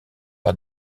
par